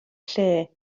lle